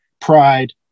pride